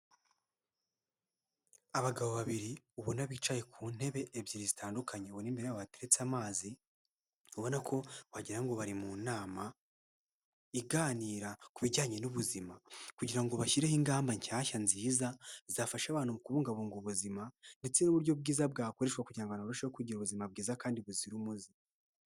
Abagabo babiri ubona bicaye ku ntebe ebyiri zitandukanye ubona imbere yabo hateretse amazi, ubona ko wagira ngo bari mu nama iganira ku bijyanye n'ubuzima kugira ngo bashyireho ingamba nshyashya nziza zafasha abana mu kubungabunga ubuzima, ndetse n'uburyo bwiza bwakoreshwa kugira ngo abantu barusheho kugira ubuzima bwiza kandi buzira umuze.